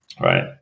Right